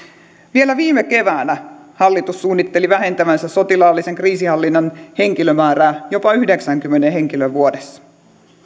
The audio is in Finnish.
vielä viime keväänä hallitus suunnitteli vähentävänsä sotilaallisen kriisinhallinnan henkilömäärää jopa yhdeksäänkymmeneen henkilöön vuodessa